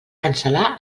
cancel·lar